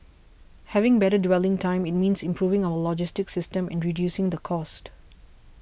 having better dwelling time it means improving our logistic system and reducing the cost